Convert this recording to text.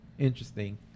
interesting